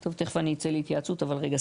טוב, תכף אני אצא להתייעצות אבל רגע.